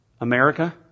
America